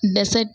desert